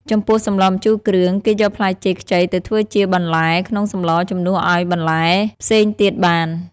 ចំពោះសម្លរម្ជូរគ្រឿង គេយកផ្លែចេកខ្ចីទៅធ្វើជាបន្លែក្នុងសម្លរជំនួសឱ្យបន្លែផ្សេងទៀតបាន។